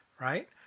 right